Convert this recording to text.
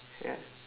ya